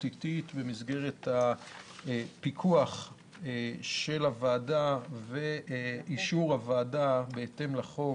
עתית במסגרת הפיקוח של הוועדה ואישור הוועדה בהתאם לחוק